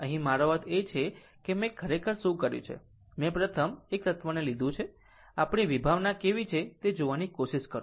અહીં મારો અર્થ એ છે કે મેં ખરેખર શું કર્યું છે આ પ્રથમ એક એક તત્વને લીધું છે કે આપણી વિભાવના કેવી છે તે જોવાની કોશિશ કરશે